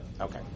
Okay